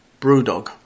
Brewdog